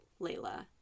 Layla